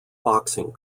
boxing